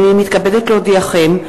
הנני מתכבדת להודיעכם,